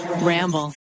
ramble